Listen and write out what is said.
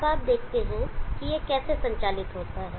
अब आप देखते हैं कि यह कैसे संचालित होता है